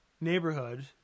neighborhood